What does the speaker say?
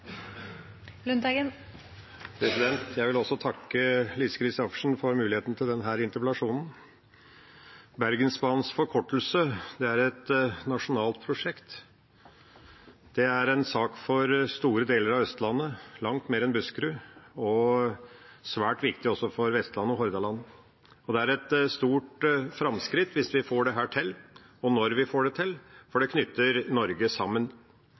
et nasjonalt prosjekt. Det er en sak for store deler av Østlandet, langt mer enn Buskerud, og svært viktig også for Vestlandet og Hordaland. Det er et stort framskritt hvis vi får dette til, og når vi får det til, for det knytter Norge sammen.